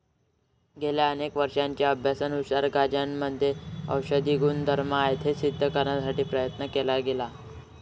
गेल्या अनेक वर्षांच्या अभ्यासानुसार गांजामध्ये औषधी गुणधर्म आहेत हे सिद्ध करण्याचा प्रयत्न केला गेला आहे